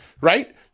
Right